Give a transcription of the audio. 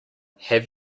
have